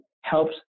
helps